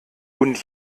und